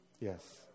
yes